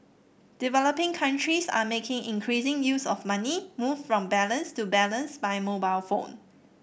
developing countries are making increasing use of money moved from balance to balance by mobile phone